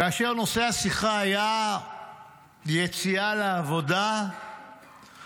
כאשר נושא השיחה היה יציאה לעבודה וכמובן,